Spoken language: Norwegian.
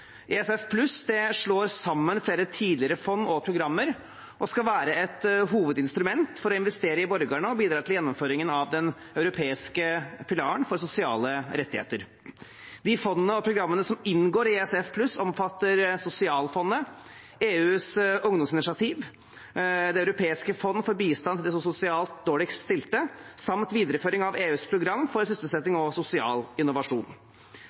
sosialfond pluss, ESF+. Dette forslaget omhandler samtykke til at Norge deltar i den delen av forordningene som gjelder EUs program for sysselsetting og sosial innovasjon, altså kalt ESF+, og det programmet skal vare fra 2021 til utgangen av 2027. ESF+ slår sammen flere tidligere fond og programmer og skal være et hovedinstrument for å investere i borgerne og bidra til gjennomføringen av den europeiske pilaren for sosiale rettigheter. De fondene og programmene som